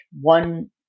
one